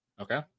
Okay